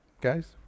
Guys